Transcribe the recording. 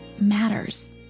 matters